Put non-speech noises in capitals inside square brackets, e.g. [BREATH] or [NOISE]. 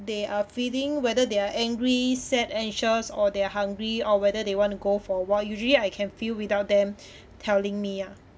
they are feeling whether they are angry sad anxious or they're hungry or whether they want to go for a walk usually I can feel without them [BREATH] telling me ah